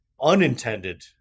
unintended